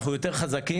אנחנו יותר חזקים.